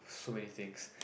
so many things